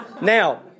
Now